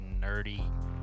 nerdy